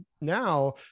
now